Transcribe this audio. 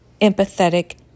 empathetic